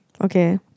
Okay